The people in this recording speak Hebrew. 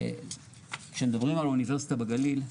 כשמדברים על אוניברסיטה בגליל,